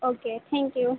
okay thank you